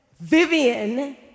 Vivian